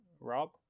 Rob